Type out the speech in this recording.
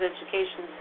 Education